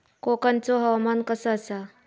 कोकनचो हवामान कसा आसा?